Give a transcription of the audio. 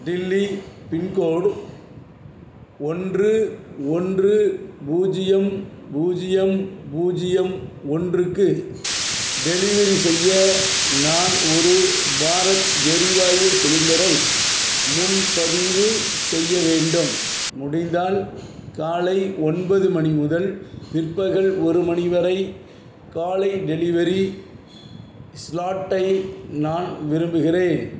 Delhi pincode ஒன்று ஒன்று பூஜ்ஜியம் பூஜ்ஜியம் பூஜ்ஜியம் ஒன்றுக்கு டெலிவரி செய்ய நான் ஒரு பாரத் எரிவாயு சிலிண்டரை முன்பதிவு செய்ய வேண்டும் முடிந்தால் காலை ஒன்பது மணி முதல் பிற்பகல் ஒரு மணி வரை காலை டெலிவரி ஸ்லாட்டை நான் விரும்புகிறேன்